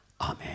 Amen